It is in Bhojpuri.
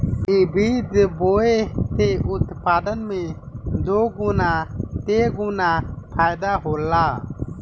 इ बीज बोए से उत्पादन में दोगीना तेगुना फायदा होला